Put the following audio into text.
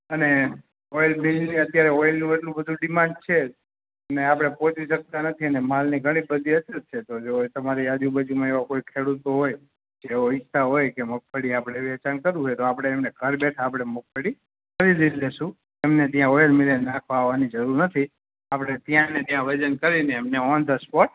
અને ઑઈલ મિલની અત્યારે ઑઈલનું એટલું બધું ડીમાંડ છે જ ને આપણે પહોંચી શકતા નથી અને માલની ઘણી બધી અછત છે તો જો તમારી આજુબાજુમાં એવા કોઈ ખેડૂતો હોય તેઓ ઈચ્છતા હોય કે મગફળીનું આપણે વેચાણ કરવું છે તો આપણે એમને ઘરે બેઠા મગફળી ખરીદી લઈશું તેમને ત્યાં ઑઈલ મિલે નાખવાં આવવાની જરૂર નથી આપણે ત્યાં ને ત્યાં વજન કરીને એમને ઑન ધ સ્પૉટ